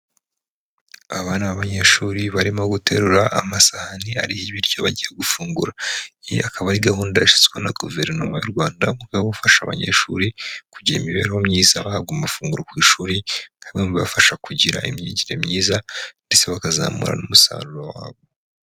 Aba ni abanyeshuri barimo guterura amasahani ariho ibiryo bagiye gufungura, iyi akaba ari gahunda ishyizweho na Guverinoma y'u Rwanda, mu rwego rwo gufasha abanyeshuri kugira imibereho myiza bahabwa amafunguro ku ishuri kandi bibafasha kugira imyigire myiza ndetse bakazamura n'umusaruro wabo.